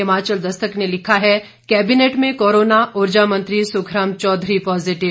हिमाचल दस्तक ने लिखा है कैबिनेट में कोरोना ऊर्जा मंत्री सुखराम चौधरी पॉजीटिव